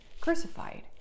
crucified